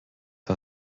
war